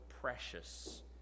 precious